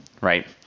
right